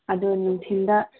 ꯑꯗꯨ ꯅꯨꯡꯊꯤꯜꯗ